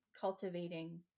cultivating